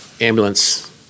ambulance